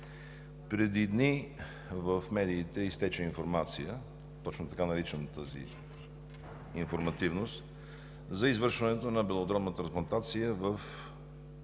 преди дни в медиите изтече информация, точно така наричам тази информативност, за извършването на белодробна трансплантация в